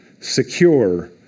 secure